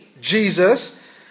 Jesus